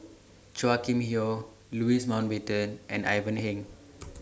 Chua Kim Yeow Louis Mountbatten and Ivan Heng